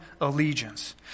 allegiance